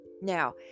now